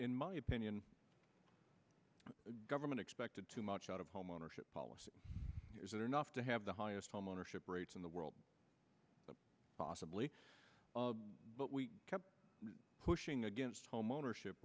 in my opinion the government expected too much out of homeownership policy isn't enough to have the highest homeownership rates in the world possibly but we kept pushing against homeownership